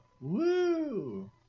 Woo